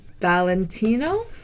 Valentino